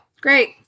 great